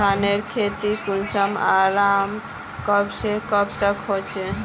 धानेर खेती कुंसम आर कब से कब तक होचे?